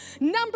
Number